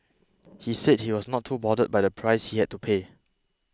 he said he was not too bothered by the price he had to pay